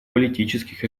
политических